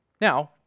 Now